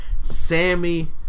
Sammy